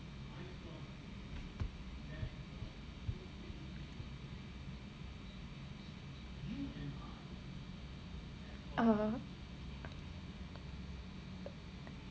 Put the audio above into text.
(uh huh)